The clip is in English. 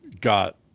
got